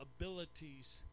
abilities